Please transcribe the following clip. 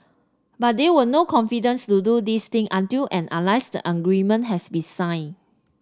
but there will no confidence to do this thing until and unless agreement has been signed